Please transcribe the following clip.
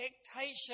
expectation